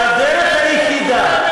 שהדרך היחידה,